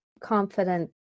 confident